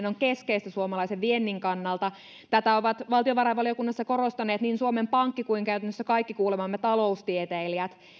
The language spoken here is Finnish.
on keskeistä suomalaisen viennin kannalta tätä ovat valtiovarainvaliokunnassa korostaneet niin suomen pankki kuin käytännössä kaikki kuulemamme taloustieteilijät